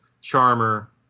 charmer